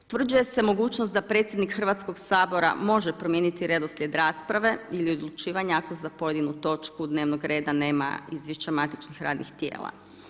Utvrđuje se mogućnost da predsjednik Hrvatskog sabora može promijeniti redoslijed rasprave ili odlučivanja ako za pojedinu točku dnevnog reda nema izvješća matičnih radnih tijela.